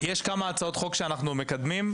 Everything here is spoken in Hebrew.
יש כמה הצעות חוק שאנחנו מקדמים,